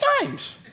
times